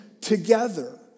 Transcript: together